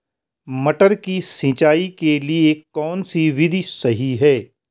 मटर की सिंचाई के लिए कौन सी विधि सही है?